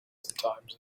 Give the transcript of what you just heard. sometimes